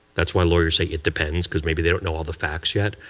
that's why lawyers say it depends, because maybe they don't know all the facts yet.